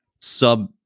sub